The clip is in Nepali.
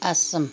आसाम